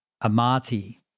Amati